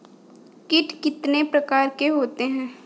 कीट कितने प्रकार के होते हैं?